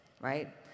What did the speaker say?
right